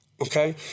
okay